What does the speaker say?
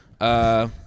uh-